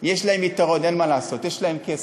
יש להם יתרון, אין מה לעשות, יש להם כסף.